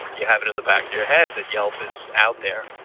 you have it in the back of your head that yelp is out there,